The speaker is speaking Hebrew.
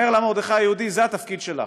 אומר לה מרדכי היהודי: זה התפקיד שלך.